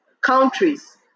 Countries